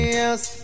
else